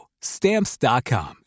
Stamps.com